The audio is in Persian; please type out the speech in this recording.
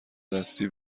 دستی